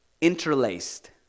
interlaced